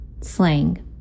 slang